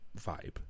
vibe